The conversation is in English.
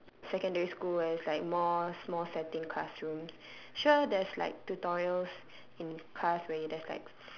secondary school where it's like more small setting classrooms sure there's like tutorials in class where you there's like